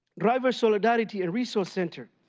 driver solidarity and resource center,